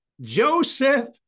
joseph